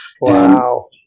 Wow